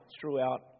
throughout